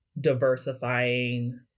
diversifying